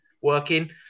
working